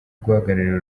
guhagararira